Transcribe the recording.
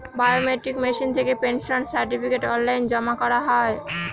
biometric machine থেকে pension certificate online জমা করা হয়